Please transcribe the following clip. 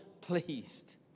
pleased